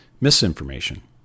Misinformation